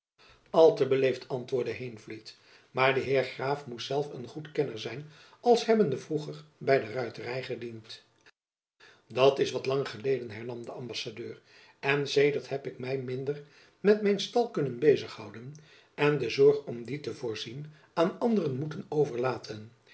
al te beleefd antwoordde heenvliet maar de heer graaf moest zelf een goed kenner zijn als hebbende vroeger by de ruitery gediend jacob van lennep elizabeth musch dat is wat lang geleden hernam de ambassadeur en sedert heb ik my minder met mijn stal kunnen bezig houden en de zorg om dien te voorzien aan anderen moeten overlaten